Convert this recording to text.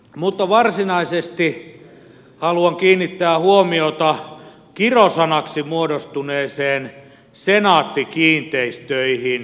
mutta varsinaisesti haluan kiinnittää huomiota kirosanaksi muodostuneeseen senaatti kiinteistöihin